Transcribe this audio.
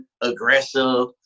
aggressive